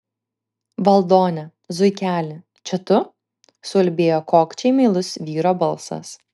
valdone zuikeli čia tu suulbėjo kokčiai meilus vyro balsas